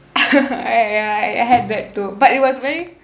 ah ya I had that too but it was very